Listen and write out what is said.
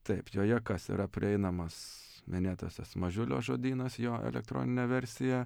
taip joje kas yra prieinamas minėtasis mažiulio žodynas jo elektroninė versija